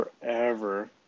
forever